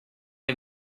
est